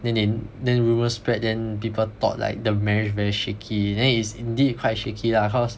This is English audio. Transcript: then the~ then rumor spread then people thought like the marriage very shaky then it is indeed quite shaky lah cause